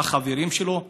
את החברים שלו?